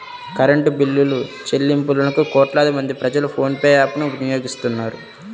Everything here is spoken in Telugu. కరెంటు బిల్లులుచెల్లింపులకు కోట్లాది మంది ప్రజలు ఫోన్ పే యాప్ ను వినియోగిస్తున్నారు